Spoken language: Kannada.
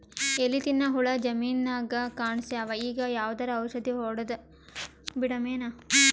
ಎಲಿ ತಿನ್ನ ಹುಳ ಜಮೀನದಾಗ ಕಾಣಸ್ಯಾವ, ಈಗ ಯಾವದರೆ ಔಷಧಿ ಹೋಡದಬಿಡಮೇನ?